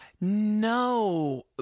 No